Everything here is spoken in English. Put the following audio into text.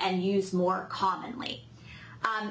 and used more commonly